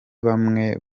bamwe